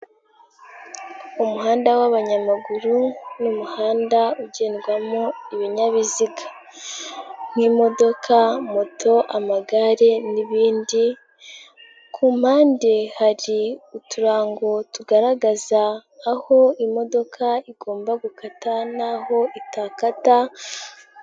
Umuhanda w'abanyamaguru, n'umuhanda ugendwamo ibinyabiziga nk'imodoka, moto, amagare n'ibindi, ku mpande hari uturongo tugaragaza aho imodoka igomba gukata, n'aho itakata.